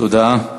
תודה.